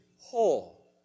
whole